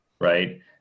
right